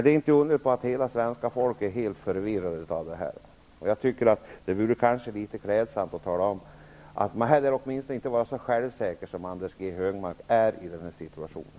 Det är inte underligt att svenska folket är helt förvirrat, och jag tycker att det vore klädsamt att inte vara så självsäker som Anders G Högmark är i den här situationen.